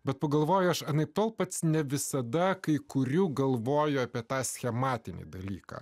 bet pagalvojo aš anaiptol pats ne visada kai kuriu galvoju apie tą schematinį dalyką